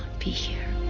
be here